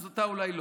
אז אתה אולי לא.